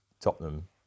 Tottenham